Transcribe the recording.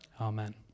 Amen